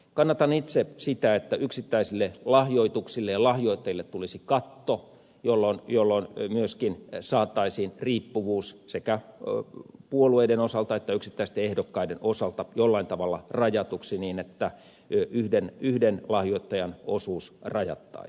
kannatan itse sitä että yksittäisille lahjoituksille ja lahjoittajille tulisi katto jolloin myöskin saataisiin riippuvuus sekä puolueiden osalta että yksittäisten ehdokkaiden osalta jollain tavalla rajatuksi niin että yhden lahjoittajan osuus rajattaisiin